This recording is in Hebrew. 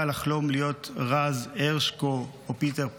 לחלום להיות רז הרשקו או פיטר פלצ'יק.